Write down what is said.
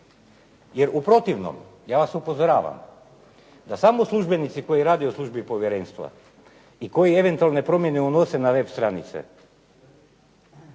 Jer u protivnom, ja vas upozoravam, da smo službenici koji rade u službi povjerenstva i koji eventualne promjene unose na web stranice,